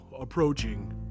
approaching